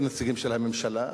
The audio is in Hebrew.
נציגים של הממשלה,